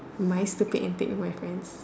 my stupid antics with my friends